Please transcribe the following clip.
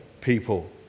people